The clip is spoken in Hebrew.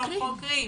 חוקרים